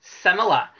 similar